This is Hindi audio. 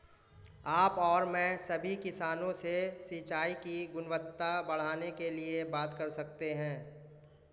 आप और मैं सभी किसानों से सिंचाई की गुणवत्ता बढ़ाने के लिए बात कर सकते हैं